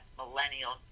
millennial